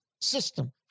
system